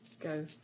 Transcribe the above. Go